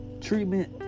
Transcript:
treatment